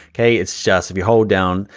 okay. it's just if you hold down,